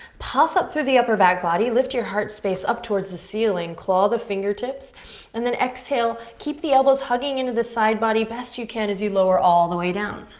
puff up through the upper back body. lift your heart space up towards the ceiling. claw the fingertips and then exhale. keep the elbows hugging into the the side body best you can as you lower all the way down.